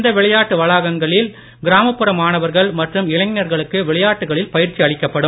இந்த விளையாட்டு வளாகங்களில் கிராமப்புற மாணவர்கள் மற்றும் இளைஞர்களுக்கு விளையாட்டுகளில் பயிற்சி அளிக்கப்படும்